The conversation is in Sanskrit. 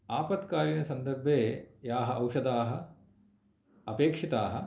आपत्कालसन्दर्भे याः औषधाः अपेक्षिताः